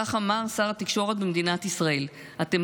כך אמר שר התקשורת במדינת ישראל: אתם